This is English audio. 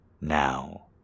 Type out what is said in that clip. Now